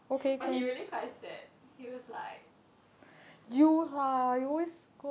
but he really quite sad he was like